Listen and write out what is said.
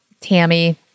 Tammy